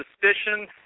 suspicion